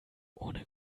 ohne